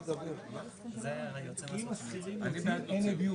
זה פוגע בשכירים.